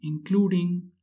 including